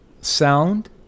sound